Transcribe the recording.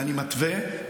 ואני מתווה,